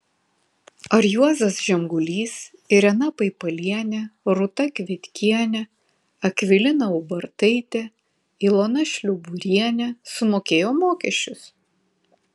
ar juozas žemgulys irena paipalienė rūta kvietkienė akvilina ubartaitė ilona šliuburienė sumokėjo mokesčius